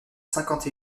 cinquante